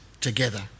together